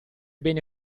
bene